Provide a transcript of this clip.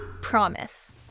Promise